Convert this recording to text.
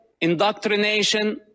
indoctrination